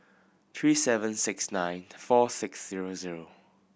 three seven six nine four six zero zero